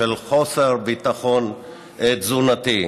"חוסר ביטחון תזונתי".